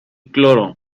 cloro